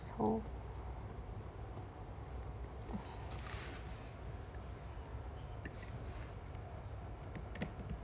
so